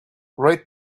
rate